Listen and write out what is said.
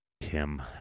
Tim